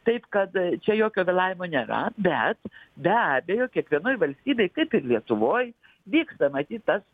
taip kad čia jokio vėlavimo nėra bet be abejo kiekvienoj valstybėj kaip ir lietuvoj vyksta matyt tas